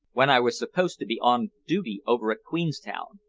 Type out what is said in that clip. when i was supposed to be on duty over at queenstown.